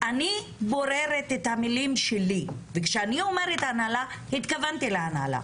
אני בוררת את המילים שלי וכשאני אומרת ההנהלה התכוונתי להנהלה.